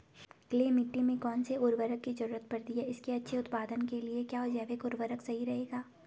Clay मिट्टी में कौन से उर्वरक की जरूरत पड़ती है इसके अच्छे उत्पादन के लिए क्या जैविक उर्वरक सही रहेगा?